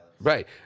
Right